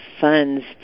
funds